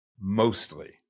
Mostly